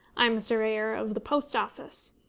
i am a surveyor of the post office.